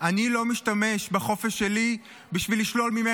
אני לא רוצה לקרוא לכן